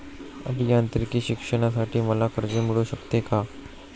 अभियांत्रिकी शिक्षणासाठी मला कर्ज मिळू शकते का?